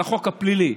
החוק הפלילי.